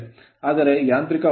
ಆದರೆ ಯಾಂತ್ರಿಕ ಔಟ್ಪುಟ್ ಗೆ ಇಲ್ಲಿ s0